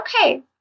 okay